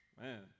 man